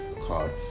called